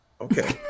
okay